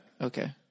Okay